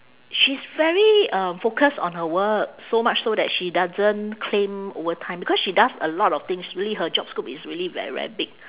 she's very um focus on her work so much so that she doesn't claim overtime because she does a lot of things really her job scope is really very very big